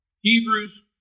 Hebrews